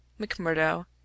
McMurdo